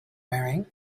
wearing